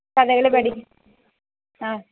കഥകളി പഠി ആ